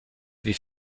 wie